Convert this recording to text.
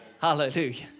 hallelujah